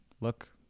look